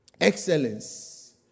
Excellence